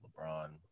LeBron